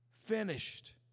finished